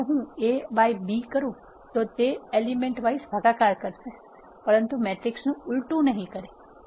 હવે જો હું A by B કરું તો તે એલિમેન્ટ વાઇઝ ભાગાકર કરશે છે પરંતુ મેટ્રિક્સનું ઉલટું નહીં કરે